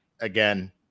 again